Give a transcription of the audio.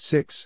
Six